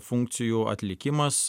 funkcijų atlikimas